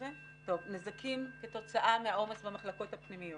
נזקים כתוצאה מהעומס במחלקות הפנימיות.